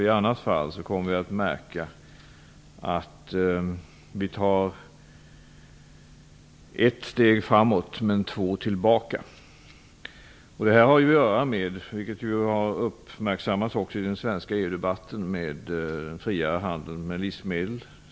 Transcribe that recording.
I annat fall kommer vi att märka att vi tar ett steg framåt och två tillbaka. Detta har att göra med - vilket har uppmärksammats också i den svenska EU-debatten - friare handel med livsmedel.